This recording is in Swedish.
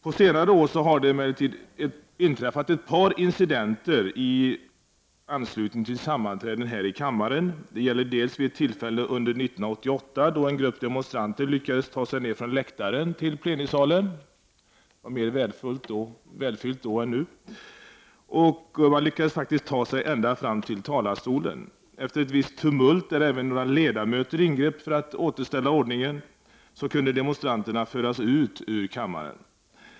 På senare år har emellertid ett par incidenter inträffat i anslutning till sammanträden här i kammaren. Det gäller dels ett tillfälle under 1988, då en grupp demonstranter lyckades ta sig ner från läktaren till plenisalen, som var mer välfylld då än nu, och faktiskt lyckades ta sig fram till talarstolen. Efter ett visst tumult, då även några ledamöter ingrep för att återställa ordningen, kunde demonstranterna föras ut ur kammaren.